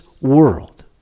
world